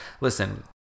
listen